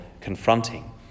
confronting